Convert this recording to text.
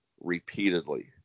repeatedly